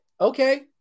Okay